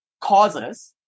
causes